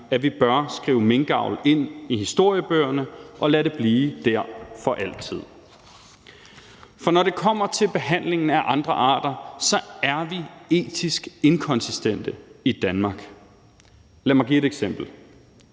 at vi bør skrive minkavl ind i historiebøgerne og lade det blive dér for altid. For når det kommer til behandlingen af andre arter, er vi etisk inkonsistente i Danmark. Lad mig give et eksempel.